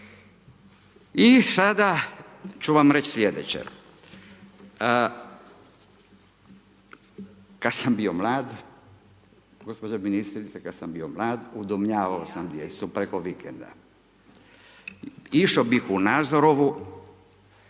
I sada ću vam reći slijedeće, kada sam bio mlad, gospođo ministrice kada sam bio mlad, udomljavao sam djecu preko vikenda, išao bih u Nazorovu,